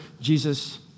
Jesus